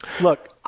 Look –